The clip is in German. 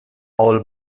all